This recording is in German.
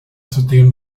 zudem